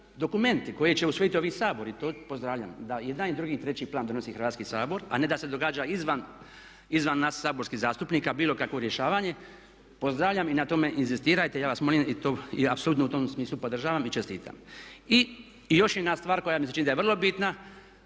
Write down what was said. dokumenti koji će usvojiti ovaj Sabor i to pozdravljam, da i jedan i drugi i treći plan donosi Hrvatski sabor a ne da se događa izvan nas saborskih zastupnika bilo kakvo rješavanje pozdravljam i na tome inzistirajte. Ja vas molim i apsolutno u tom smislu podržavam i čestitam. I još jedna stvar koja mi se čini da je vrlo bitna